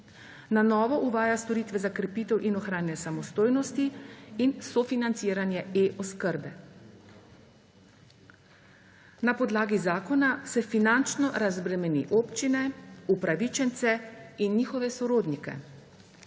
Na novo uvaja storitve za krepitev in ohranjanje samostojnosti in sofinanciranje e-oskrbe. Na podlagi zakona se finančno razbremeni občine, upravičence in njihove sorodnike.